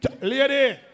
Lady